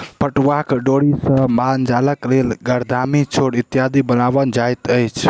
पटुआक डोरी सॅ मालजालक लेल गरदामी, छोड़ इत्यादि बनाओल जाइत अछि